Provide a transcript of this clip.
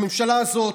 הממשלה הזאת,